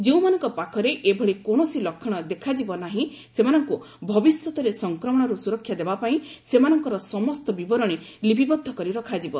ଯେଉଁମାନଙ୍କ ପାଖରେ ଏଭଳି କୌଣସି ଲକ୍ଷଣ ଦେଖାଯିବ ନାହିଁ ସେମାନଙ୍କୁ ଭବିଷ୍ୟତରେ ସଂକ୍ରମଣରୁ ସୁରକ୍ଷା ଦେବାପାଇଁ ସେମାନଙ୍କର ସମସ୍ତ ବିବରଣୀ ଲିପିବଦ୍ଧ କରି ରଖାଯିବ